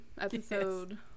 episode